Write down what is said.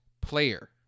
player